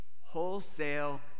wholesale